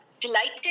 delighted